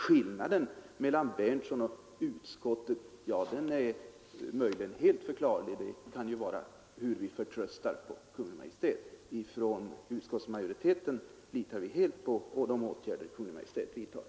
Skillnaden mellan herr Berndtsons uppfattning och utskottets är möjligen helt förklarlig: den kan bero på i vad mån vi förtröstar på Kungl. Maj:t. Inom utskottsmajoriteten litar vi på de åtgärder Kungl. Maj:t vidtar.